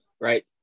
right